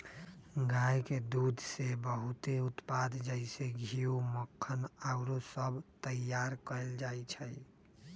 गाय के दूध से बहुते उत्पाद जइसे घीउ, मक्खन आउरो सभ तइयार कएल जाइ छइ